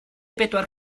bedwar